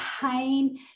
pain